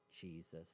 Jesus